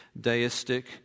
deistic